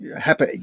happy